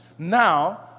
Now